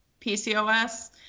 PCOS